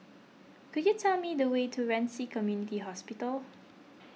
could you tell me the way to Ren Ci Community Hospital